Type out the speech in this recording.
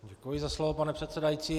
Děkuji za slovo, pane předsedající.